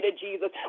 Jesus